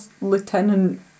lieutenant